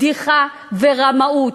בדיחה ורמאות.